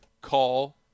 Call